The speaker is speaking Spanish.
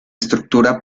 estructura